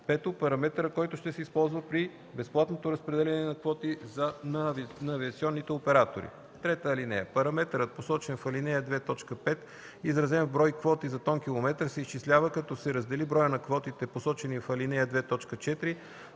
5. параметъра, който ще се използва при безплатното разпределение на квоти на авиационните оператори. (3) Параметърът, посочен в ал. 2, т. 5, изразен в брой квоти за тонкилометър, се изчислява, като се раздели броят на квотите, посочени в ал. 2,